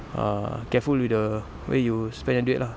err careful with the where you spend the duit lah